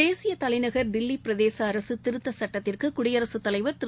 தேசியதலைநகர் தில்லிபிரதேசஅரசுதிருத்தச் சுட்டத்திற்குகுடியரசுத் தலைவர் திரு